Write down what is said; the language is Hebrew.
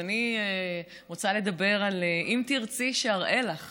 אני רוצה לדבר על "אם תרצי שאראה לך